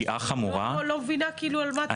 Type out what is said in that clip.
לא מבינה על מה אתה מדבר.